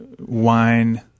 wine